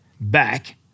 back